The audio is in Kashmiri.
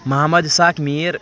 محمد اِسحاق میٖر